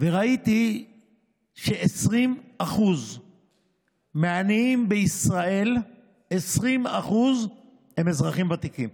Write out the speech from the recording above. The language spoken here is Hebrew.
וראיתי ש-20% מהעניים בישראל הם אזרחים ותיקים.